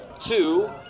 two